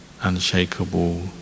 unshakable